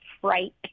fright